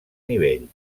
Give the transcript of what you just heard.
nivells